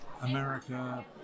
America